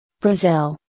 Brazil